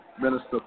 Minister